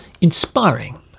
inspiring